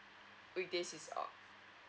weekdays he's off